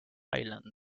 island